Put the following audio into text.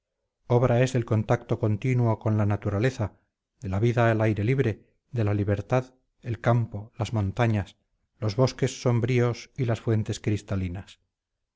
obra es del contacto continuo con la naturaleza de la vida al aire libre de la libertad el campo las montañas los bosques sombríos y las fuentes cristalinas